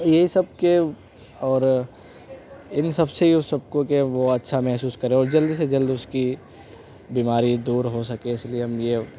یہ سب کے اور ان سب سے سب کو کہ وہ اچھا محسوس کرے اور جلدی سے جلدی اس کی بیماری دور ہو سکے اس لیے ہم یہ